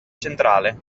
centrale